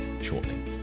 shortly